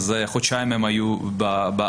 אז חודשיים הם היו בארץ.